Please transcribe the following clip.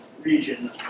Region